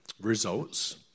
results